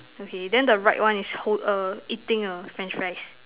okay then the right one is hold err eating a French fries